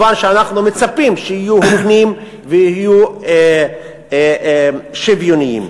שאנחנו מצפים כמובן שיהיו בפנים ויהיו שוויוניים.